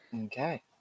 Okay